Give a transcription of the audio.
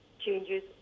changes